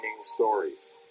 stories